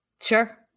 Sure